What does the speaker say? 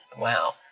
Wow